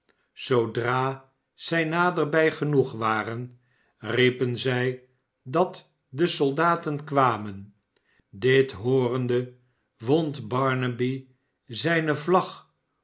zoodra zij nabij genoeg waren riepen zij dat de soldaten kwamen dit hoorende wond barnaby zijne vlag